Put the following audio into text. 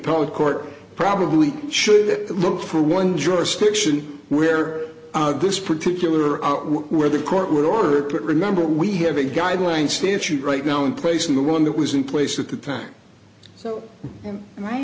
public court probably should look for one jurisdiction where this particular up where the court would order it but remember we have a guideline stance you right now in place of the one that was in place at the time so i